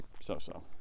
So-so